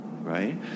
right